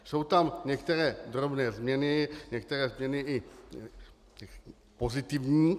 Jsou tam některé drobné změny, některé změny i pozitivní.